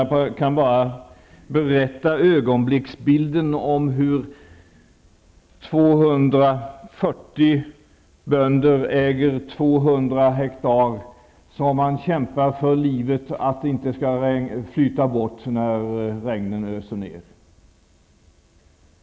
Jag kan bara förmedla en ögonblicksbild: 240 bönder äger 200 hektar. Man kämpar för livet för att hindra att allt flyter bort i samband med ösregn.